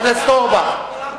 חבר הכנסת אורבך,